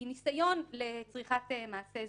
ניסיון לצריכת מעשה זנות.